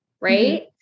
Right